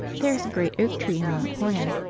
there is a great oak-tree in one corner,